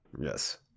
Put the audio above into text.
Yes